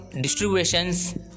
distributions